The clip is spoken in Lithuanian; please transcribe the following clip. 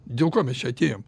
dėl ko mes čia atėjom